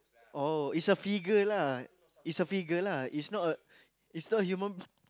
oh is a figure lah is a figure lah is not a is not human